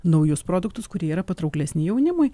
naujus produktus kurie yra patrauklesni jaunimui